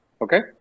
Okay